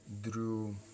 drew